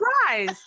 Surprise